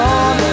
on